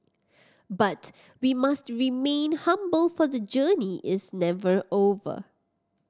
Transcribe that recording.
but we must remain humble for the journey is never over